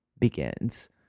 begins